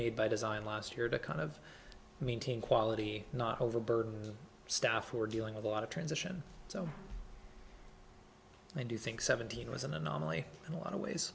made by design last year to kind of maintain quality not overburden staff we're dealing with a lot of transition so i do think seventeen was an anomaly in a lot of ways